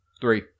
Three